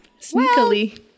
sneakily